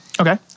okay